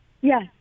Yes